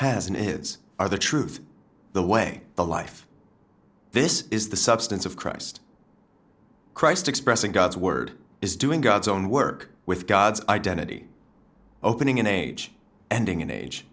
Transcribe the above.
are the truth the way the life this is the substance of christ christ expressing god's word is doing god's own work with god's identity opening in age ending in age